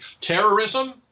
Terrorism